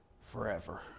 forever